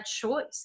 choice